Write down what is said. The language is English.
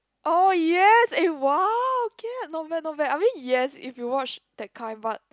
oh yes eh !wow! okay ah not bad not bad I mean yes if you watch that kind but